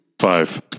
five